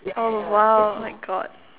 oh !wow! oh my god